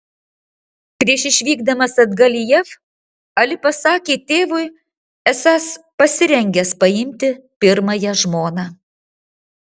prieš išvykdamas atgal į jav ali pasakė tėvui esąs pasirengęs paimti pirmąją žmoną